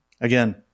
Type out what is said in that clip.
again